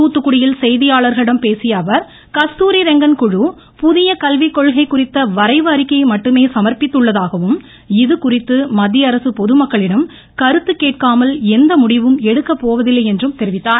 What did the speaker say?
தூத்துக்குடியில் செய்தியாளர்களிடம் பேசியஅவர் கஸ்தூரி ரெங்கன் குழு புதிய கல்வி கொள்கை குறித்த வரைவு அறிக்கையை மட்டுமே சமர்ப்பித்துள்ளதாகவும் இதுகுறித்து மத்தியஅரசு பொதுமக்களிடம் கருத்து கேட்காமல் எந்த முடிவும் எடுக்கப்போவதில்லை என்றும் தெரிவித்தார்